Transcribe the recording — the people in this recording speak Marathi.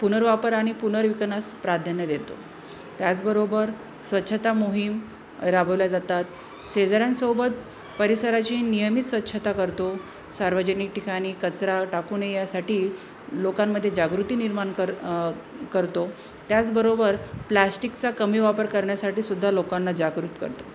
पुनर्वापर आणि पुनर्विकसनास प्राधान्य देतो त्याचबरोबर स्वच्छता मोहीम राबवल्या जातात शेजाऱ्यांसोबत परिसराची नियमित स्वच्छता करतो सार्वजनिक ठिकाणी कचरा टाकू नये यासाठी लोकांमध्ये जागृती निर्माण कर करतो त्याचबरोबर प्लाश्टिकचा कमी वापर करण्यासाठी सुद्धा लोकांना जागृत करतो